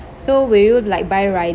so will you like buy